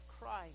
Christ